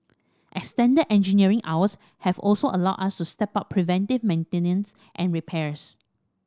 extended engineering hours have also allowed us to step up preventive maintenance and repairs